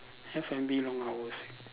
F&B long hours ah